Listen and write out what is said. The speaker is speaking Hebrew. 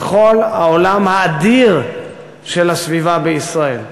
וכל העולם האדיר של הסביבה בישראל.